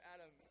Adam